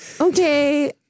Okay